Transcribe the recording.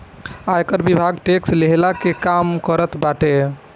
आयकर विभाग टेक्स लेहला के काम करत बाटे